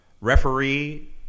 referee